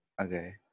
Okay